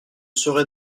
serai